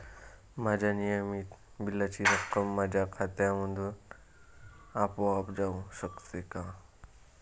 माझ्या नियमित बिलाची रक्कम माझ्या खात्यामधून आपोआप जाऊ शकते का?